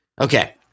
Okay